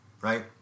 right